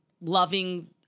loving